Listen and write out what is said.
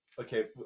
okay